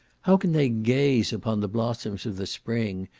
how can they gaze upon the blossoms of the spring,